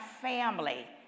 family